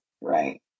right